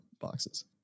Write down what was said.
boxes